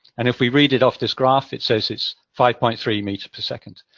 and if we read it off this graph, it says it's five point three meter per second.